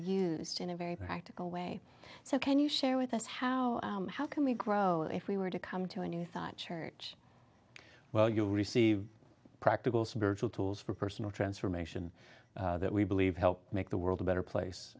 used in a very practical way so can you share with us how how can we grow if we were to come to a new thought church well you receive practical spiritual tools for personal transformation that we believe helped make the world a better place